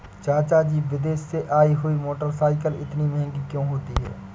चाचा जी विदेश से आई हुई मोटरसाइकिल इतनी महंगी क्यों होती है?